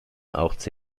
auch